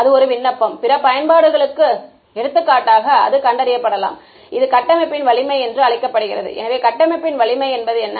அது ஒரு விண்ணப்பம் பிற பயன்பாடுகளுக்கு எடுத்துக்காட்டாக அது கண்டறியப்படலாம் இது கட்டமைப்பின் வலிமை என்று அழைக்கப்படுகிறது எனவே கட்டமைப்பின் வலிமை என்பது என்ன